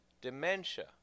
dementia